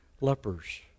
Lepers